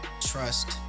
trust